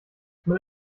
mit